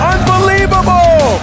Unbelievable